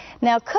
Now